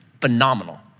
phenomenal